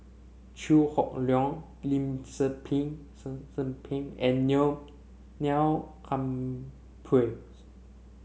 Chew Hock Leong Lim Tze Peng Tze Tze Peng and Neil Humphreys